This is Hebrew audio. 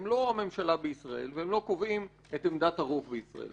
הם לא הממשלה בישראל והם לא קובעים את עמדת הרוב בישראל.